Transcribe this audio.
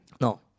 No